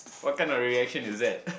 what kind of reaction is that